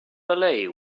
ballet